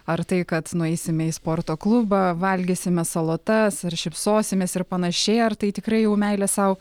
ar tai kad nueisime į sporto klubą valgysime salotas ar šypsosimės ir panašiai ar tai tikrai jau meilės sau